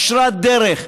ישרת דרך,